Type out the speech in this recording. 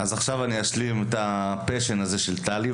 אז אני אשלים עכשיו את התשוקה הזו של טלי,